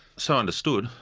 so understood,